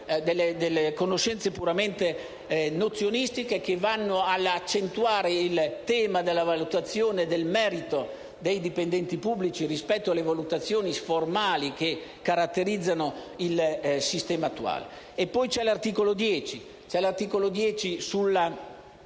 delle conoscenze puramente nozionistiche che vanno ad accentuare il tema della valutazione del merito dei dipendenti pubblici rispetto alle valutazioni formali che caratterizzano il sistema attuale. C'è poi l'articolo 10 sulla